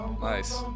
Nice